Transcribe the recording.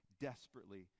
desperately